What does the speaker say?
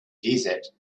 desert